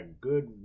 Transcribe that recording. good